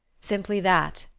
simply that,